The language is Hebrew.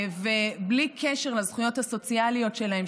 ובלי קשר לזכויות הסוציאליות שלהם,